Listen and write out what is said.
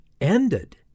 ended